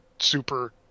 super